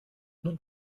nun